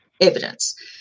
evidence